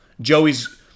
Joey's